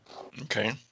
Okay